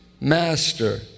Master